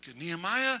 Nehemiah